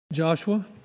Joshua